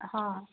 हाँ